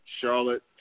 Charlotte